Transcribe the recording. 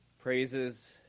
praises